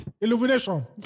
Illumination